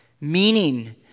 meaning